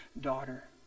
Daughter